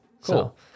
Cool